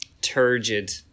turgid